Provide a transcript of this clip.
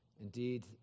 Indeed